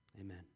Amen